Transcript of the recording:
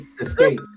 Escape